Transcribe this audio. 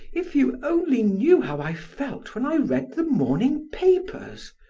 if you only knew how i felt when i read the morning papers!